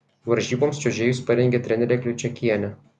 varžyboms čiuožėjus parengė trenerė kliučakienė